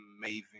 amazing